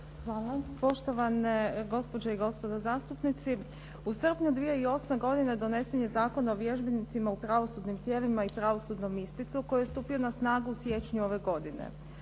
Hvala. Poštovane gospođe i gospodo zastupnici. U srpnju 2008. godine donesen je Zakon o vježbenicima u pravosudnim tijelima i pravosudnom ispitu koji je stupio na snagu u siječnju ove godine.